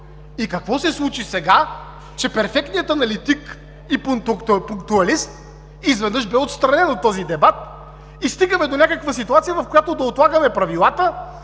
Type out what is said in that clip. И какво се случи сега, че „перфектният аналитик и пунктуалист“ изведнъж бе отстранен от този дебат и стигаме до някаква ситуация, в която да отлагаме Правилата,